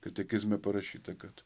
katekizme parašyta kad